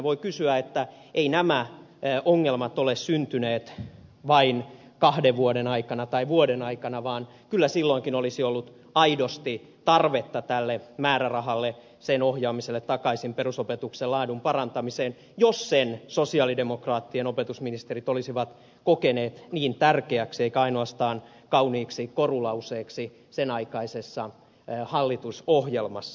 voi sanoa että eivät nämä ongelmat ole syntyneet vain kahden vuoden aikana tai vuoden aikana vaan kyllä silloinkin olisi ollut aidosti tarvetta tälle määrärahalle sen ohjaamiselle takaisin perusopetuksen laadun parantamiseen jos sen sosialidemokraattien opetusministerit olisivat kokeneet niin tärkeäksi eivätkä ainoastaan kauniiksi korulauseeksi sen aikaisessa hallitusohjelmassa